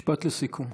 משפט לסיכום.